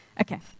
okay